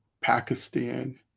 Pakistan